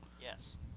Yes